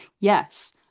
Yes